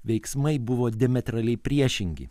veiksmai buvo diametraliai priešingi